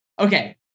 Okay